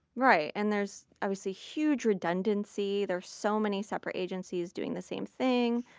right. and there's, obviously, huge redundancy. there are so many separate agencies doing the same thing,